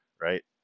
right